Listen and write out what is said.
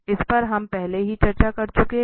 इस पर हम पहले ही चर्चा कर चुके हैं